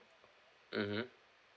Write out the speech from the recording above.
mmhmm